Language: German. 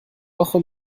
woche